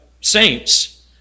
saints